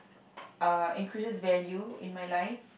uh increases value in my life